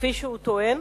כפי שהוא טוען,